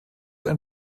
ein